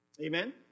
Amen